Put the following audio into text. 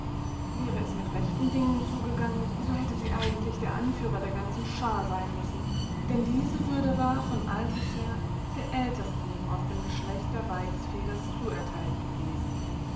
wäre es mit rechten dingen zugegangen so hätte sie eigentlich der anführer der ganzen schar sein müssen denn diese würde war von alters her der ältesten aus dem geschlecht der weißfeders zuerteilt gewesen